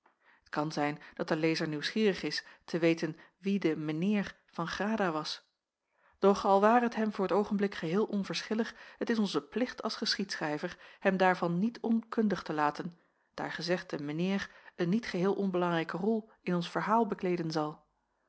kan zijn dat de lezer nieuwsgierig is te weten wie de meneer van grada was doch al ware het hem voor t oogenblik geheel onverschillig het is onze plicht als geschiedschrijver hem daarvan niet onkundig te laten daar gezegde meneer een niet geheel onbelangrijke rol in ons verhaal bekleeden zal